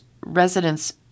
residents